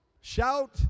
Shout